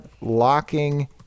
locking